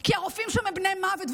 כי הרופאים שם הם בני מוות.